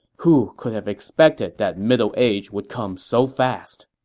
who could have expected that middle age would come so fast?